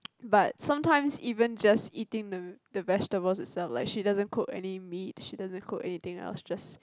but sometimes even just eating the the vegetables itself like she doesn't cook any meat she doesn't cook anything else just